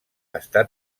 està